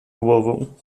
głową